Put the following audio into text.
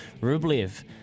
Rublev